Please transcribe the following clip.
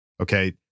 Okay